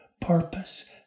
purpose